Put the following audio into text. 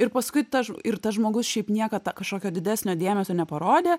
ir paskui tas ir tas žmogus šiaip niekad kažkokio didesnio dėmesio neparodė